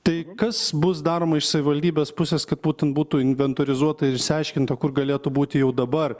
tai kas bus daroma iš savivaldybės pusės kad būtent būtų inventorizuota ir išsiaiškinta kur galėtų būti jau dabar